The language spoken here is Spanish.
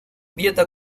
dieta